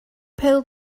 pêl